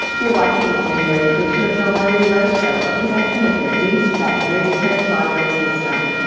you're watching the january edition of the library roadshow. a production of your east baton rouge parish library system.